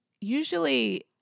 usually